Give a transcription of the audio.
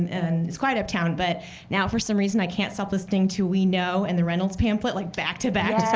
and it's quiet uptown. but now for some reason, i can't stop listening to we know and the reynolds pamphlet like back to back, just over